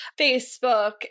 Facebook